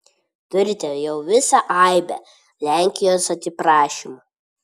turite jau visą aibę lenkijos atsiprašymų